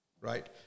right